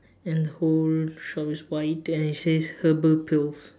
and whole shop is white and it says herbal pills